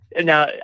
Now